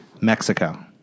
Mexico